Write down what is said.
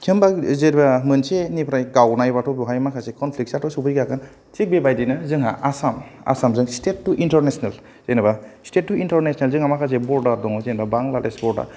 होनबा जेब्ला मोनसेनिफ्राय गावनाय बाथ' बेयावहाय माखासे कनफ्लिकसयाथ' सौहैखागोन थिग बेबादिनो जोंहा आसाम आसाम जों स्टेत टु इन्टारनेसनाल जेनावबा स्टेत टु इन्टारनेसनाल जोंहा माखासे बर्डार दङ जेनावबा बांलादेश बर्डार